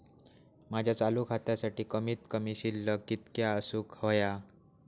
माझ्या चालू खात्यासाठी कमित कमी शिल्लक कितक्या असूक होया?